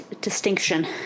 distinction